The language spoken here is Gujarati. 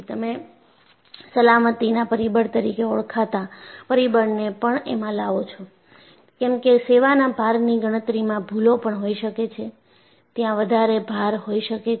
તમે સલામતીના પરિબળ તરીકે ઓળખાતા પરિબળને પણ એમાં લાવો છો કેમ કે સેવાના ભારની ગણતરીમાં ભૂલો પણ હોઈ શકે છે ત્યાં વધારે ભાર હોઈ શકે છે